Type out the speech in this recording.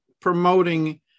promoting